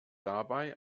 dabei